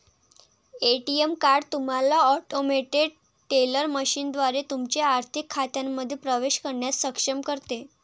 ATM card तुम्हाला automated teller मशीनद्वारे तुमच्या आर्थिक खात्यांमध्ये प्रवेश करण्यास सक्षम करते